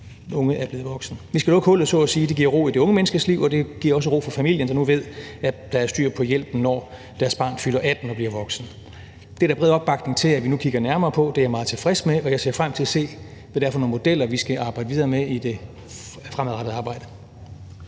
unge er blevet voksen. Vi skal lukke hullet så at sige. Det giver ro i de unge menneskers liv, og det giver også ro for familien, der nu ved, at der er styr på hjælpen, når deres barn fylder 18 år og bliver voksen. Det er der bred opbakning til at vi nu kigger nærmere på. Det er jeg meget tilfreds med, og jeg ser frem til at se, hvad det er for nogle modeller, vi skal arbejde videre med i det fremadrettede arbejde.